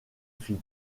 film